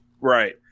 Right